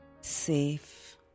safe